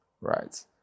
right